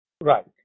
Right